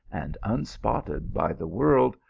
and unspotted by the world,